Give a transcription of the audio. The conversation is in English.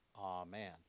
amen